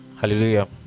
hallelujah